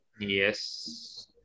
Yes